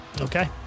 okay